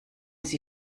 sie